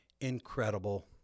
incredible